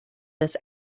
this